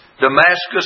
Damascus